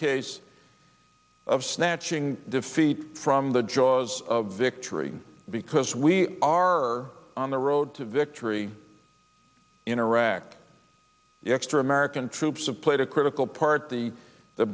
case of snatching defeat from the jaws of victory because we are on the road to victory in iraq the extra american troops of played a critical part the the